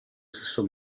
stesso